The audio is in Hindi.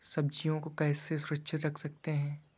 सब्जियों को कैसे सुरक्षित रख सकते हैं?